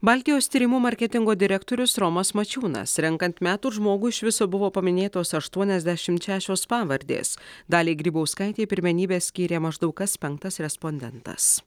baltijos tyrimų marketingo direktorius romas mačiūnas renkant metų žmogų iš viso buvo paminėtos aštuoniasdešimt šešios pavardės daliai grybauskaitei pirmenybę skyrė maždaug kas penktas respondentas